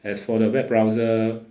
as for the web browser